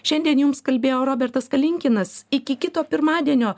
šiandien jums kalbėjo robertas kalinkinas iki kito pirmadienio